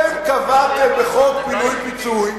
אתם קבעתם בחוק פינוי-פיצוי